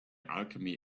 alchemy